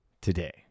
today